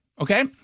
okay